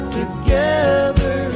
together